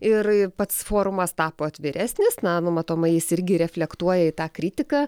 ir pats forumas tapo atviresnis na nu matomai jis irgi reflektuoja į tą kritiką